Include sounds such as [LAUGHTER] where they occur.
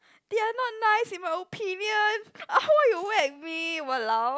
they are not nice in my opinion [BREATH] why you whack me !walao!